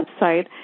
website